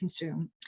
consume